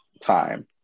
time